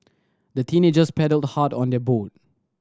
the teenagers paddled hard on their boat